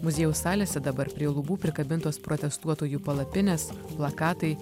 muziejaus salėse dabar prie lubų prikabintos protestuotojų palapinės plakatai